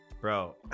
bro